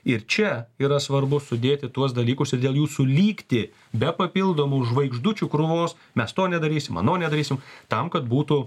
ir čia yra svarbu sudėti tuos dalykus ir dėl jūsų lygtį be papildomų žvaigždučių krūvos mes to nedarysim ano nedarysim tam kad būtų